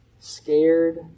scared